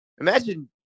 imagine